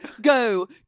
Go